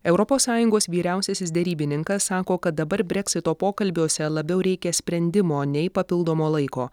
europos sąjungos vyriausiasis derybininkas sako kad dabar breksito pokalbiuose labiau reikia sprendimo nei papildomo laiko